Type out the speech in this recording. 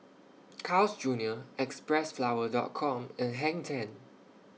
Carl's Junior Xpressflower Dot Com and Hang ten